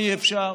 מה אי-אפשר.